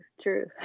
true